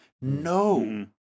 no